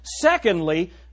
Secondly